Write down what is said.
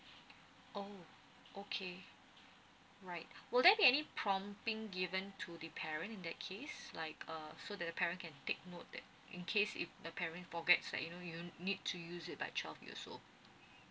oh okay right will there be any prompting given to the parent in that case like uh so the parent can take note that in case if the parent forget like you know you need to use it by twelve years old